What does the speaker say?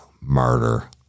murder